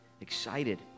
excited